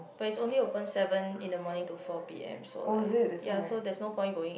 but it's only open seven in the morning to four p_m so like ya so there's no point going